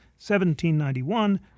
1791